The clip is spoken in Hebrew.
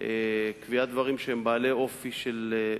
קביעת דברים שהם בעלי אופי של,